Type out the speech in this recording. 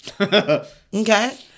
Okay